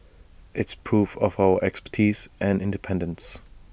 it's proof of our expertise and independence